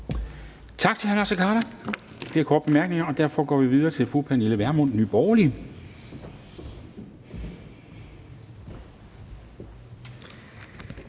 Tak til hr. Naser Khader. Der er ikke flere korte bemærkninger, og derfor går vi videre til fru Pernille Vermund, Nye Borgerlige.